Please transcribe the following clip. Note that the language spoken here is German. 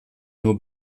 nur